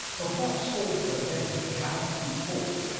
of what sort are the men who cannot be bought?